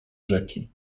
rzeki